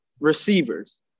Receivers